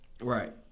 Right